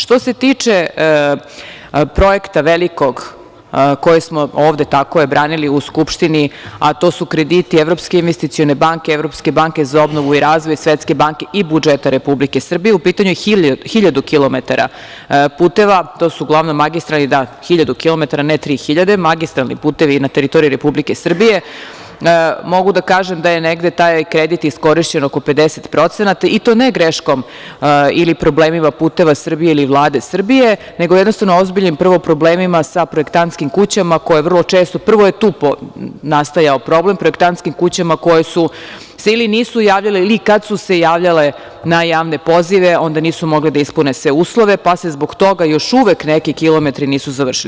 Što se tiče projekta onog velikog, kojeg smo branili ovde u Skupštini, a to su krediti Evropske investicione banke, Evropske banke za obnovu i razvoj, Svetske banke i budžeta Republike Srbije, u pitanju je hiljadu kilometara puteva, to su uglavnom magistralni putevi na teritoriji Republike Srbije i mogu da kažem da je negde taj kredit iskorišćen oko 50% i to ne greškom ili problemima „Puteva Srbije“ ili Vlade Srbije, nego jednostavno ozbiljno, prvo problemima sa projektantskim kućama, prvo je tu nastajao problem, projektantske kuće koje se ili nisu javljale ili kada su se javljale na javne pozive, onda nisu mogle da ispune sve uslove, pa se zbog toga još uvek neki kilometri nisu završili.